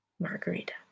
Margarita